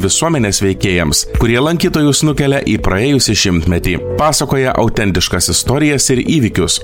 visuomenės veikėjams kurie lankytojus nukelia į praėjusį šimtmetį pasakoja autentiškas istorijas ir įvykius